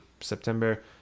september